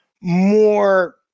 more